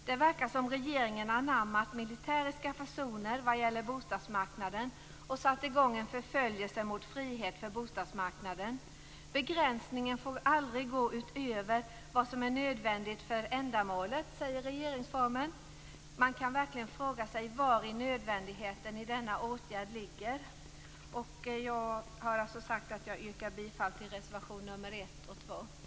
Det verkar som om regeringen anammat militäriska fasoner vad gäller bostadsmarknaden och har satt i gång en förföljelse mot frihet för bostadsmarknaden. Begränsningen får aldrig gå utöver vad som är nödvändigt för ändamålet, säger regeringsformen. Man kan verkligen fråga sig vari nödvändigheten i denna åtgärd ligger. Jag yrkar bifall till reservationerna nr 1 och nr 2.